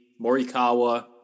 Morikawa